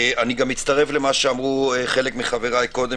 אני גם מצטרף למה שאמרו חלק מחבריי קודם